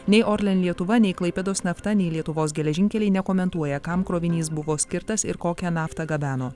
nei orlen lietuva nei klaipėdos nafta nei lietuvos geležinkeliai nekomentuoja kam krovinys buvo skirtas ir kokią naftą gabeno